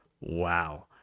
wow